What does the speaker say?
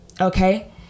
okay